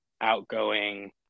outgoing